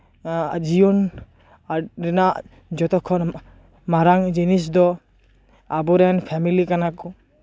ᱡᱤᱭᱚᱱ ᱨᱮᱱᱟᱜ ᱡᱚᱛᱚᱠᱷᱚᱱ ᱢᱟᱨᱟᱝ ᱡᱤᱱᱤᱥ ᱫᱚ ᱟᱵᱚᱨᱮᱱ ᱯᱷᱮᱢᱮᱞᱤ ᱠᱟᱱᱟ ᱠᱚ